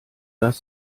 das